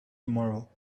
tomorrow